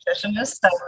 nutritionist